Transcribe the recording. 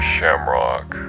Shamrock